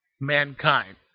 mankind